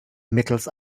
mittels